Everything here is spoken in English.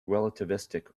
relativistic